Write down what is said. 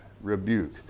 rebuke